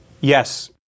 yes